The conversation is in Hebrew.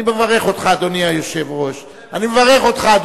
אני מברך אותך, אדוני היושב-ראש, אני מודה לך.